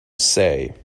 say